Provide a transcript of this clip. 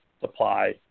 supply